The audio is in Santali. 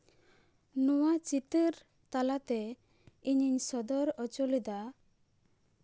ᱱᱚᱣᱟ ᱪᱤᱛᱟᱹᱨ ᱛᱟᱞᱟᱛᱮ ᱤᱧ ᱥᱚᱫᱚᱨ ᱦᱚᱪᱚ ᱞᱮᱫᱟ